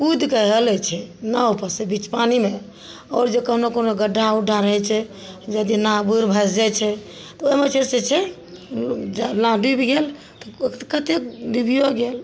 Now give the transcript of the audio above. कूदिके हेलय छै नावपर से बीच कोनेमे आओर जे कोनो कोनो गड्ढा उड्ढा रहय छै यदि नाव बूढ़ भसि जाइ छै तऽ ओइमे जे छै से जँ नाव डूबि गेल तऽ कते डूबियो गेल